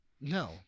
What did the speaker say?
No